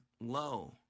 low